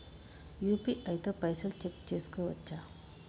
UPI తో పైసల్ check చేసుకోవచ్చా?